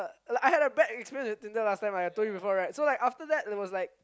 like I had a bad experience with Tinder last time right I told you before right so after that is like